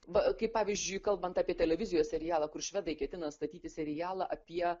va kaip pavyzdžiui kalbant apie televizijos serialą kur švedai ketina statyti serialą apie